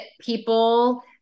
people